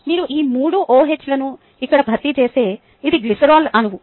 మీరు ఈ మూడు OH లను ఇక్కడ భర్తీ చేస్తే ఇది గ్లిసరాల్ అణువు